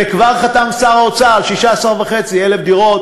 וכבר חתם שר האוצר על 16,500 דירות